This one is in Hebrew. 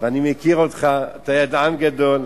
ואני מכיר אותך, אתה ידען גדול.